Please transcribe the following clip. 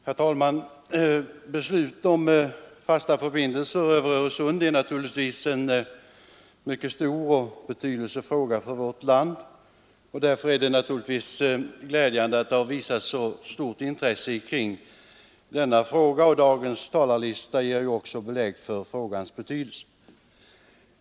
Herr talman! Ett beslut om fasta förbindelser över Öresund är naturligtvis av mycket stor betydelse för vårt land. Därför är det glädjande att frågan har visats ett så stort intresse. Dagens talarlista ger också belägg för frågans betydelse.